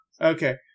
Okay